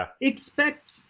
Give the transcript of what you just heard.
expect